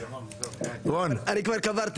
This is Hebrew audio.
אני כבר קברתי.